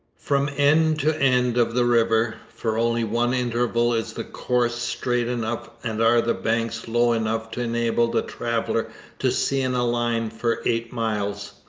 from end to end of the river, for only one interval is the course straight enough and are the banks low enough to enable the traveller to see in a line for eight miles.